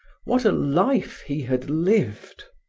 what a life he had lived!